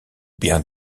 bien